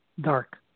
dark